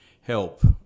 help